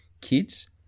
kids